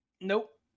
Nope